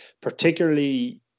particularly